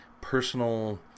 personal